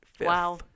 wow